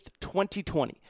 2020